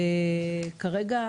וכרגע,